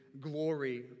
glory